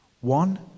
One